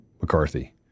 McCarthy